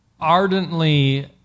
ardently